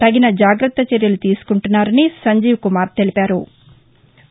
తగిన జాగ్రత్త చర్యలు తీసుకుంటున్నారని సంజీవ కుమార్ తెలిపారు